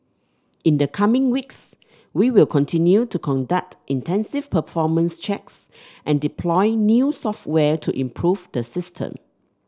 in the coming weeks we will continue to conduct intensive performance checks and deploy new software to improve the system